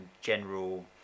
general